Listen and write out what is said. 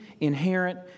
inherent